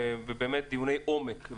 דיוני עומק,